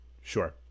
Sure